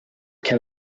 can